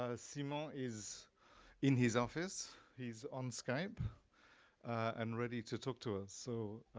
ah simon is in his office. he's on skype and ready to talk to us. so